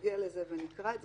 נגיע לזה ונקרא את זה.